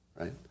right